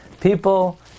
People